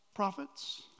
prophets